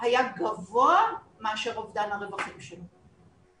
שהיה גבוה מאשר אובדן הרווחים שלו.